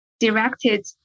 directed